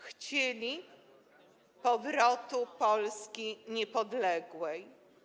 Chcieli powrotu Polski niepodległej.